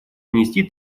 внести